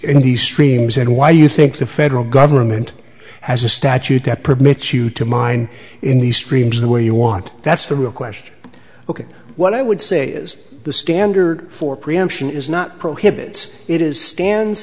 in these streams and why you think the federal government has a statute that permits you to mine in these streams the way you want that's the real question ok what i would say is the standard for preemption is not prohibits it is stands